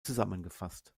zusammengefasst